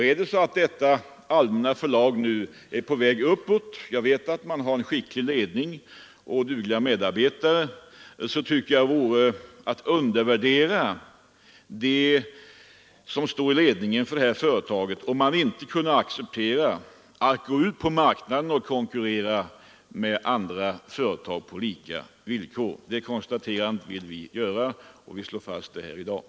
Är det så att Allmänna förlaget nu är på väg uppåt — jag vet att det har en skicklig ledning och dugliga medarbetare — så tycker jag att det vore att undervärdera dem som står i ledningen för företaget om man inte kan acceptera att gå ut på marknaden och konkurrera med andra företag på lika villkor. Det konstaterandet vill vi gärna göra och slå fast i den här debatten.